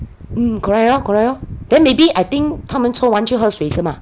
mm correct orh correct orh then maybe I think 他们抽完就喝水是吗